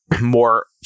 more